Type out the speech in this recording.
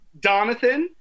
Donathan